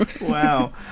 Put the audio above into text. Wow